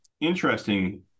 interesting